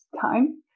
time